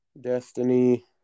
Destiny